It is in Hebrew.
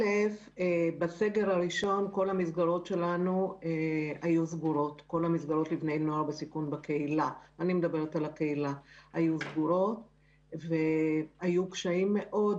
כל המסגרות שלנו לבני נוער בסיכון בקהילה היו סגורות בסגר הראשון.